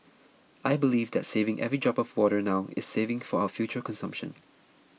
I believe that saving every drop of water now is saving for our future consumption